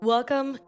Welcome